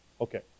Okay